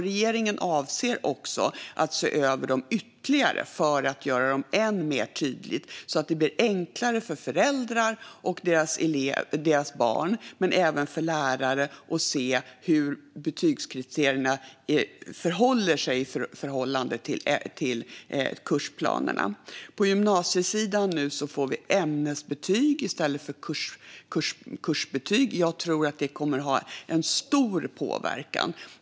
Regeringen avser också att se över dem ytterligare för att göra dem ännu tydligare så att det blir enklare för föräldrar, barn och även för lärare att se hur betygskriterierna förhåller sig till kursplanerna. På gymnasiesidan får vi nu ämnesbetyg i stället för kursbetyg, något som jag tror kommer att ha en stor påverkan.